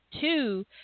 Two